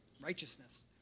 Righteousness